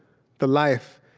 the life,